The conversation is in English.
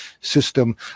system